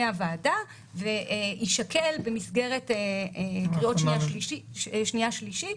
הוועדה ויישקל במסגרת ההכנה לקריאה השנייה והשלישית.